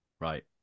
Right